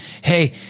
Hey